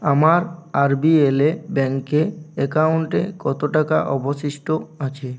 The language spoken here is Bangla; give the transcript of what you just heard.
আমার আরবিএলে ব্যাঙ্ক অ্যাকাউন্টে কতো টাকা অবশিষ্ট আছে